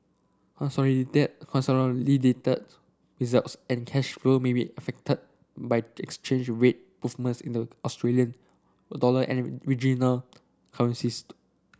consolidate consolidated results and cash flow may be affected by the exchange rate movements in the Australian dollar and regional